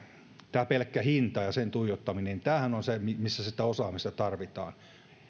tämä pelkkä hinta ja sen tuijottaminenhan on se missä sitä osaamista tarvitaan